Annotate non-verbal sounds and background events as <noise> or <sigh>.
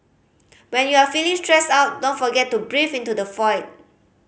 when you are feeling stressed out don't forget to breathe into the <unintelligible>